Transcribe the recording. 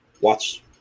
Watch